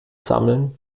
sammeln